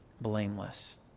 blameless